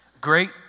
Great